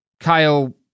Kyle